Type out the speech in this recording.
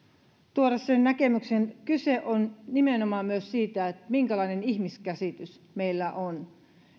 tuoda sen näkemyksen että kyse on nimenomaan myös siitä minkälainen ihmiskäsitys meillä on